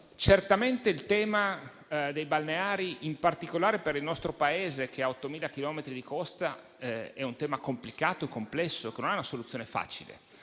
Certamente il tema dei balneari, in particolare per il nostro Paese, che ha 8.000 chilometri di costa, è un tema complicato e complesso, che non ha una soluzione facile.